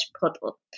puddle